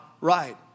right